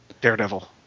Daredevil